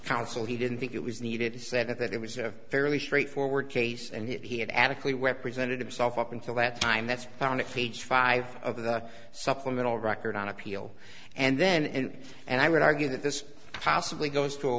counsel he didn't think it was needed he said that it was a fairly straightforward case and he had adequately represented himself up until that time that's down to page five of the supplemental record on appeal and then and and i would argue that this possibly goes to a